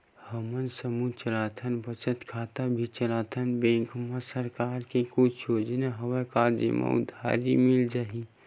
हमन समूह चलाथन बचत खाता भी चलाथन बैंक मा सरकार के कुछ योजना हवय का जेमा उधारी मिल जाय?